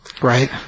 Right